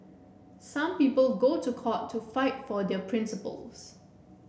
some people go to court to fight for their principles